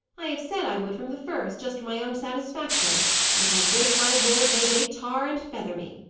i have said i would from the first, just for my own satisfaction and if i break my word, may they tar and feather me!